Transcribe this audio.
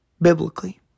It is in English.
biblically